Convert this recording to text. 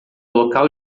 local